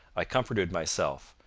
i comforted myself,